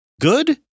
good